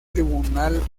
tribunal